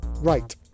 Right